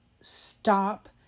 stop